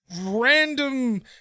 random